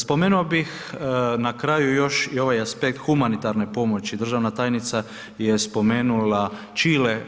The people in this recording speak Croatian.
Spomenuo bih na kraju još i ovaj aspekt humanitarne pomoći, državna tajnica je spomenula Čile.